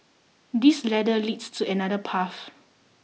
this ladder leads to another path